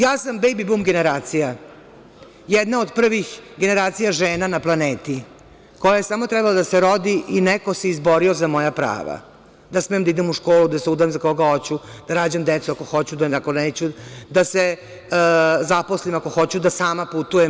Ja sam bejbi bum generacija, jedna od prvih generacija žena na planeti koja je samo trebala da se rodi i neko se izborio za moja prava da smem da idem u školu, da se udam za koga hoću, da rađam decu ako hoću, ako neću, da se zaposlim ako hoću, da sama putujem.